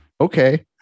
Okay